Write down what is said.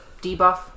debuff